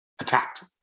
attacked